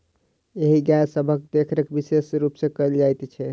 एहि गाय सभक देखरेख विशेष रूप सॅ कयल जाइत छै